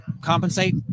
compensate